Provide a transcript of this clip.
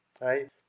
right